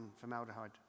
formaldehyde